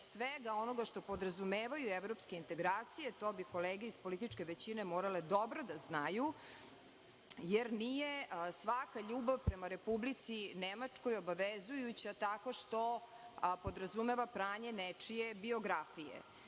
svega onoga što podrazumevaju evropske integracije. To bi kolege iz političke većine morale dobro da znaju, jer nije svaka ljubav prema Republici Nemačkoj, obavezujuća tako što podrazumeva pranje nečije biografije. Dakle,